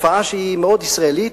תופעה שהיא מאוד ישראלית,